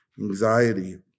anxiety